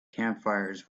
campfires